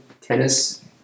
tennis